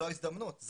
זאת ההזדמנות,